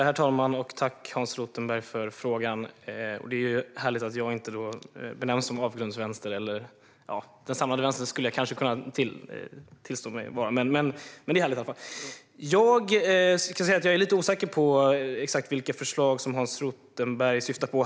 Herr talman! Tack, Hans Rothenberg, för frågan! Det är härligt att jag inte benämns som avgrundsvänster. Den samlade vänstern skulle jag kanske kunna tillstå mig tillhöra. Men det är härligt i alla fall! Jag är lite osäker på exakt vilka förslag Hans Rothenberg syftar på.